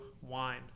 wine